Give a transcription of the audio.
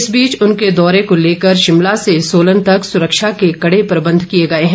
इस बीच उनके दौरे को लेकर शिमला से सोलन तक सुरक्षा के कड़े प्रबंध किए गए हैं